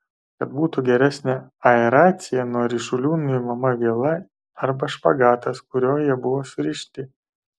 kad būtų geresnė aeracija nuo ryšulių nuimama viela arba špagatas kuriuo jie buvo surišti